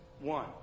One